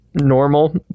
normal